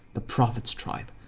the prophet's tribe.